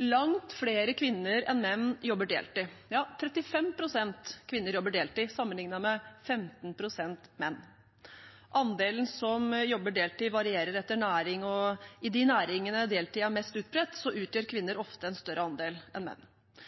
Langt flere kvinner enn menn jobber deltid. 35 pst. kvinner jobber deltid sammenliknet med 15 pst. menn. Andelen som jobber deltid, varierer etter næring, og i de næringene deltid er mest utbredt, utgjør kvinner ofte en større andel enn menn.